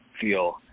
feel